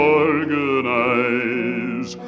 organize